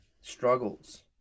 Struggles